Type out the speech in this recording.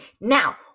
now